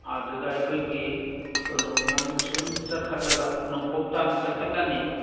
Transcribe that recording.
ꯑꯗꯨꯗ ꯑꯩꯈꯣꯏꯒꯤ ꯀꯣꯟꯅꯨꯡ ꯃꯃꯥꯡꯒꯤꯗ ꯁꯨꯝ ꯆꯠꯈꯠꯂꯒ ꯅꯣꯡꯄꯣꯛ ꯇꯥꯟꯅ ꯆꯠꯈꯠꯂꯅꯤ